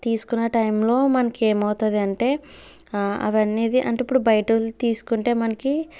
తీసుకునే టైంలో మనకి ఏమవుతుంది అంటే అది అనేది అంటే ఇప్పుడు బయట తీసుకుంటే మనకి